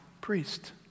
priest